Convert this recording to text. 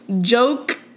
joke